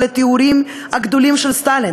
על הטיהורים הגדולים של סטלין.